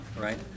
right